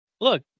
look